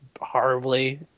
horribly